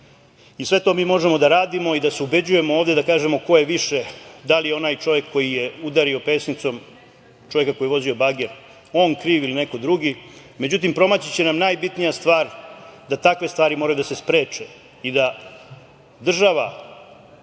Sve to mi možemo da radimo i da se ubeđujemo ovde da kažemo ko je više, da i onaj čovek koji udario pesnicom čoveka koji je vozio bager, on kriv, ili neko drugi.Međutim, promaći će nam najbitnija stvar, da takve stvari moraju da se spreče, i da država